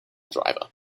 driver